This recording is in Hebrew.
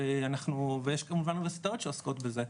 ויש כמובן אוניברסיטאות שעוסקות בזה,